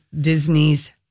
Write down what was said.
Disney's